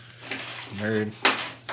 Nerd